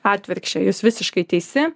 atvirkščią jūs visiškai teisi